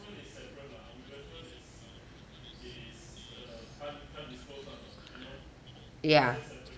ya